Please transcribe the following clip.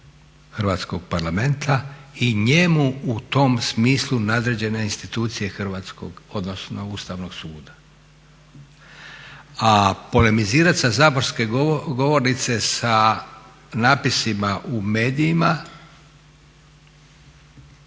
Hrvatskog parlamenta i njemu u tom smislu nadređene institucije Ustavnog suda. A polemizirat sa saborske govornice sa napisima u medijima,